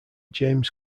james